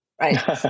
right